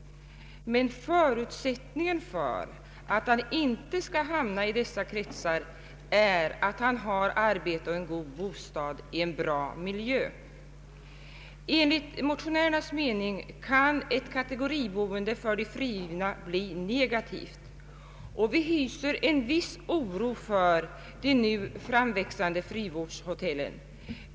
Men förutsättningen för att han inte skall hamna i sådana kretsar är att han har arbete och en god bostad i en bra miljö. Enligt motionärernas mening kan ett kategoriboende för de frigivna inverka negativt. Vi hyser i det avseendet en viss oro för de nu framväxande frivårdshotellen.